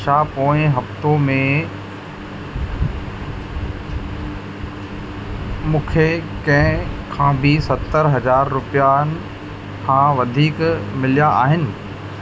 छा पोएं हफ़्तो में मूंखे कंहिं खां बि सतरि हज़ार रुपियनि खां वधीक मिलिया आहिनि